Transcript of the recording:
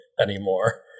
anymore